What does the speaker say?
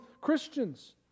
Christians